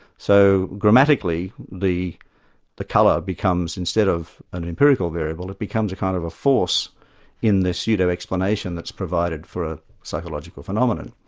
so grammatically the the colour instead of an empirical variable, it becomes a kind of a force in the pseudo-explanation that's provided for a psychological phenomenon.